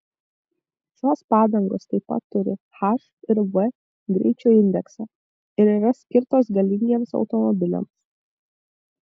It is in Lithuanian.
šios padangos taip pat turi h ir v greičio indeksą ir yra skirtos galingiems automobiliams